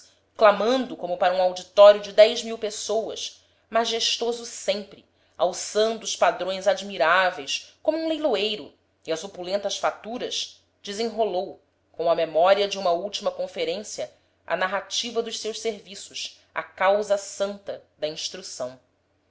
clamando como para um auditório de dez mil pessoas majestoso sempre alçando os padrões admiráveis como um leiloeiro e as opulentas faturas desenrolou com a memória de uma última conferência a narrativa dos seus serviços à causa santa da instrução